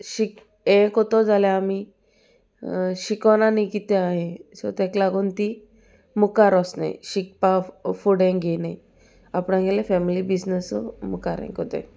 शिक हें कोतो जाल्यार आमी शिकोना न्ही कितें सो ताका लागून ती मुखार वचनाय शिकपा फुडें घेयनाय आपणागेलें फॅमिली बिजनस मुखार हे कोताय